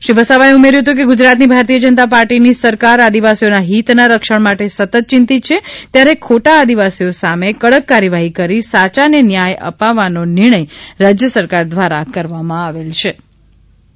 શ્રી વસાવાએ ઉમેર્યુ કે ગુજરાતની ભારતીય જનતા પાર્ટીની સરકાર આદિવાસીઓના હિત ના રક્ષણ માટે સતત ચિંતિત છે ત્યારે ખોટા આદિવાસીઓ સામે કડક કાર્યવાઠી કરી સાચા ને ન્યાય અપવવાનો નિર્ણય રાજય સરકાર દ્વારા કરવામાં આવેલ છે એસ